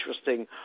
interesting